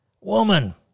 Woman